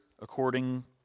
according